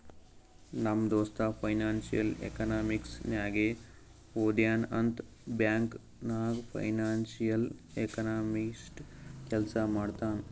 ನಮ್ ದೋಸ್ತ financial economics ನಾಗೆ ಓದ್ಯಾನ್ ಅಂತ್ ಬ್ಯಾಂಕ್ ನಾಗ್ ಫೈನಾನ್ಸಿಯಲ್ ಎಕನಾಮಿಸ್ಟ್ ಕೆಲ್ಸಾ ಮಾಡ್ತಾನ್